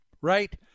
right